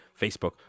Facebook